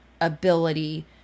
ability